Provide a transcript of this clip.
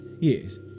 Yes